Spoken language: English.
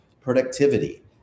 productivity